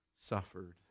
suffered